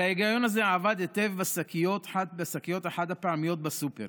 הרי העיקרון הזה עבד היטב בשקיות החד-פעמיות בסופר,